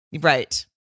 right